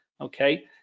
Okay